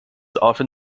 often